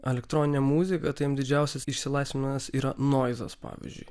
elektroninė muzika tai jiem didžiausias išsilaisvinimas yra noizas pavyzdžiui